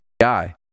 guy